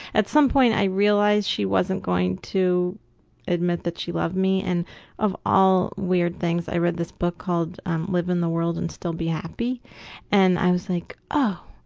at some point i realized she wasn't going to admit that she loved me and of all weird things i read this book called live in the world and still be happy and i was like, oh,